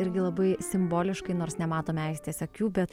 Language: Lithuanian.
irgi labai simboliškai nors nematome aistės akių bet